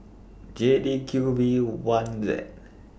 J D Q V one Z